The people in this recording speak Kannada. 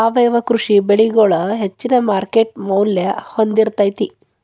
ಸಾವಯವ ಕೃಷಿ ಬೆಳಿಗೊಳ ಹೆಚ್ಚಿನ ಮಾರ್ಕೇಟ್ ಮೌಲ್ಯ ಹೊಂದಿರತೈತಿ